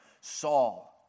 Saul